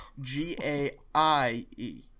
G-A-I-E